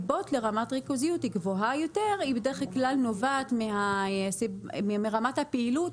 רמת ריכוזיות גבוהה יותר בדרך כלל נובעת מרמת הפעילות,